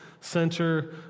Center